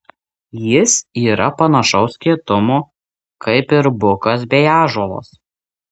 jis yra panašaus kietumo kaip ir bukas bei ąžuolas